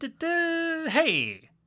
Hey